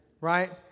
right